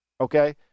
Okay